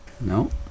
No